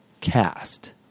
cast